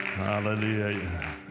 Hallelujah